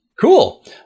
cool